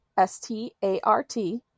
S-T-A-R-T